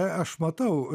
aš matau